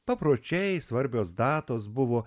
papročiai svarbios datos buvo